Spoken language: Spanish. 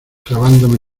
clavándome